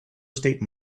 estate